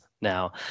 now